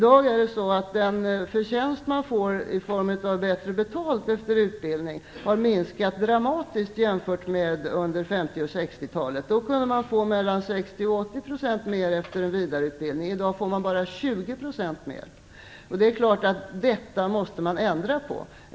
Den förtjänst man får i form av bättre betalt efter utbildning har minskat dramatiskt sedan 50 och 60-talen. Då kunde man få mellan 60 och 80 % mer efter en vidareutbildning. I dag får man bara 20 % mer. Detta måste vi naturligtvis ändra på.